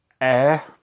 Air